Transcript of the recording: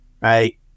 right